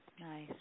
Nice